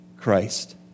Christ